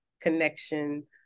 connection